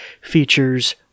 features